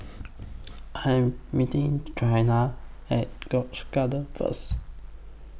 I'm meeting Trina At Grange Garden First